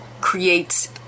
creates